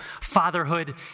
fatherhood